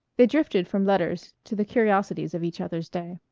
they drifted from letters to the curiosities of each other's day.